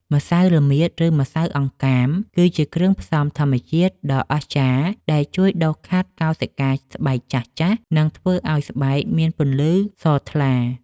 ម្សៅល្មៀត ឬម្សៅអង្កាម គឺជាគ្រឿងផ្សំធម្មជាតិដ៏អស្ចារ្យដែលជួយដុសខាត់កោសិកាស្បែកចាស់ៗ និងធ្វើឱ្យស្បែកមានពន្លឺសថ្លា។